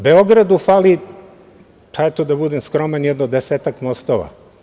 Beogradu fali, eto, da budem skroman, jedno desetak mostova.